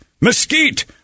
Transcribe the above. mesquite